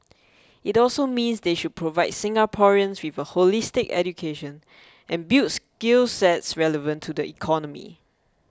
it also means they should provide Singaporeans with a holistic education and build skill sets relevant to the economy